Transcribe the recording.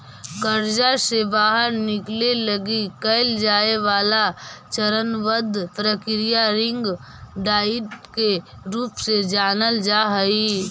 कर्जा से बाहर निकले लगी कैल जाए वाला चरणबद्ध प्रक्रिया रिंग डाइट के रूप में जानल जा हई